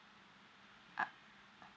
uh